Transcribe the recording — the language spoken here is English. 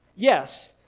Yes